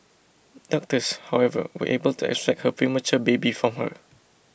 doctors however were able to extract her premature baby from her